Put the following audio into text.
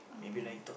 um